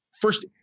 First